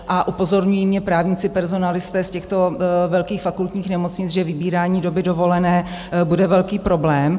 A upozorňují mě právníci, personalisté z těchto velkých fakultních nemocnic, že vybírání doby dovolené bude velký problém.